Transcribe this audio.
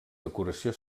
decoració